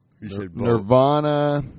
Nirvana